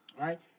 right